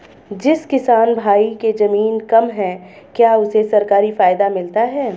जिस किसान भाई के ज़मीन कम है क्या उसे सरकारी फायदा मिलता है?